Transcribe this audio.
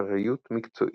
אחריות מקצועית,